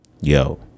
Yo